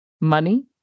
money